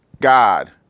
God